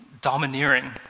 domineering